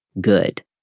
good